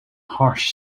harsh